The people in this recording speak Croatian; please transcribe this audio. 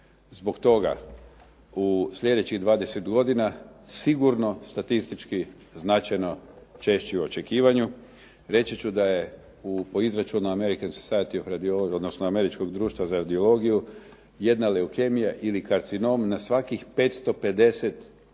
zbog toga u sljedećih 20 godina sigurno statistički značajno češći u očekivanju. Reći ću da je po izračunu American society radiology odnosno Američkog društva za radiologiju jedna leukemija ili karcinom na svakih 550